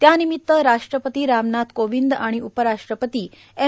त्यानिमित्त राष्ट्रपती रामनाथ कोविंद आणि उपराष्ट्रपती एम